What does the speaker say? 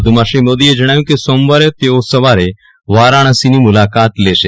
વધુમાં શ્રી મોદીએ જણાવ્યું કે સોમવારે તેઓ સવારે વારાણસીની મુલાકાત લેશે